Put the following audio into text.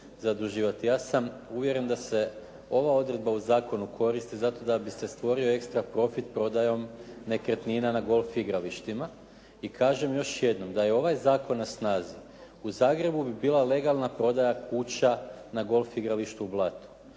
Ja sam uvjeren da se ova odredba u zakonu koristi zato da bi se stvorio ekstra profit prodajom nekretnina na golf igralištima. I kažem još jednom da je ovaj zakon na snazi, u Zagrebu bi bila legalna prodaja kuća na golf igralištu u Blatu.